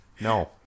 No